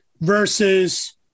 versus